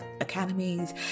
academies